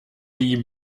die